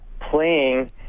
playing